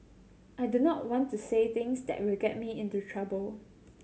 I do not want to say things that will get me into trouble